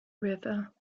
river